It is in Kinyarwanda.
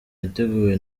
yateguwe